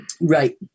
Right